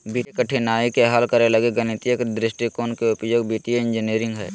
वित्तीय कठिनाइ के हल करे लगी गणितीय दृष्टिकोण के उपयोग वित्तीय इंजीनियरिंग हइ